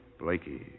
Blakey